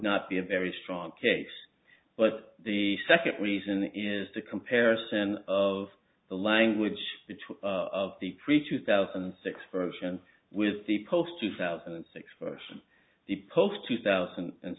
not be a very strong case but the second reason is the comparison of the language of the pre two thousand and six version with the post two thousand and six version the post two thousand and